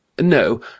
No